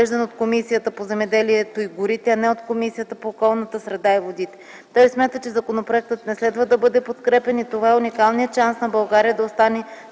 от Комисията по земеделието и горите, а не от Комисията по околната среда и водите. Той смята, че законопроектът не следва да бъде подкрепян и това е уникалният шанс на България да остане